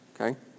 okay